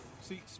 See